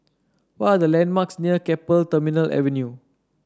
what are the landmarks near Keppel Terminal Avenue